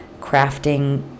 Crafting